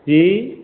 जी